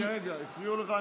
רגע, רגע, הפריעו לך?